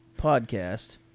podcast